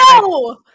No